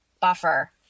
buffer